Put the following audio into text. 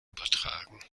übertragen